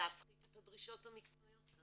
להפחית את הדרישות המקצועיות.